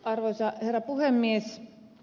arvoisa herra puhemies